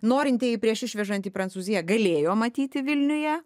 norintieji prieš išvežant į prancūziją galėjo matyti vilniuje